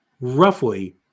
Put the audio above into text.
Roughly